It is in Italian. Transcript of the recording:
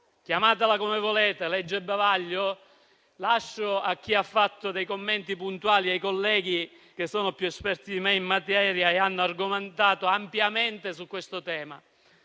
Chiamatela come volete, legge bavaglio? Lascio a chi ha fatto dei commenti puntuali, ai colleghi che sono più esperti di me in materia, che hanno argomentato ampiamente su questo tema.